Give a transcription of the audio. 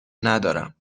ندارم